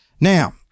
Now